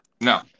No